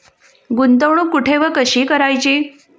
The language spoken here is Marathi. गुंतवणूक कुठे व कशी करायची?